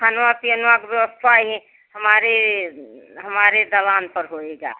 खनवा पियनवा की व्यवस्था यह हमारे हमारे दवान पर हो जाएगा